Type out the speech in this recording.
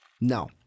No